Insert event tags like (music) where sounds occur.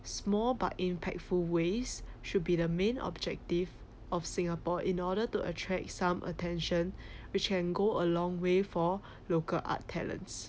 small but impactful ways should be the main objective of singapore in order to attract some attention (breath) which can go along way for local art talents